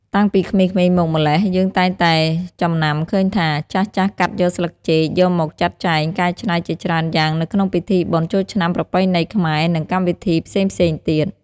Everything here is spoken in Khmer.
តាំងពីក្មេងៗមកម្ល៉េះ យើងតែងតែចំណាំឃើញថា ចាស់ៗកាត់យកស្លឹកចេកយកមកចាត់ចែងកែច្នៃជាច្រើនយ៉ាងនៅក្នុងពិធីបុណ្យចូលឆ្នាំប្រពៃណីខ្មែរ និងកម្មវិធីផ្សេងៗទៀត។